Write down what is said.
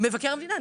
מבקר המדינה.